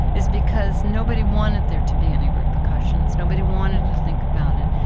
is because nobody wanted there to be any repercussions. nobody wanted to think about it.